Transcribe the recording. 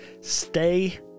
Stay